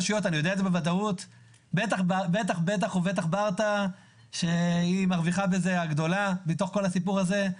ובטח ברטעה שהיא המרוויחה הגדולה מהסיפור הזה.